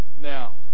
Now